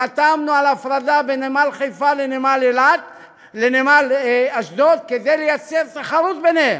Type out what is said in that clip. חתמנו על הפרדה בין נמל חיפה לנמל אשדוד כדי לייצר תחרות ביניהם,